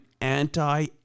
anti